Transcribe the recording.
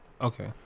Okay